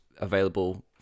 available